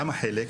למה חלק?